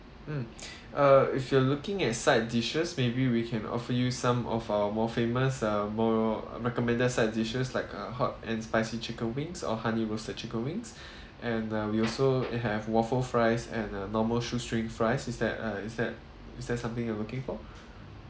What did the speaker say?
mm uh if you are looking at side dishes maybe we can offer you some of our more famous uh more recommended side dishes like a hot and spicy chicken wings or honey roasted chicken wings and uh we also have waffle fries and a normal shoestring fries is that uh is that is that something you're looking for